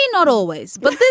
not always, but